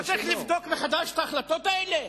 לא צריך לבדוק מחדש את ההחלטות האלה?